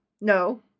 No